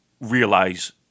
realize